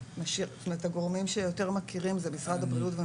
הגורמים שיותר מכירים זה משרד הבריאות.